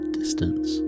distance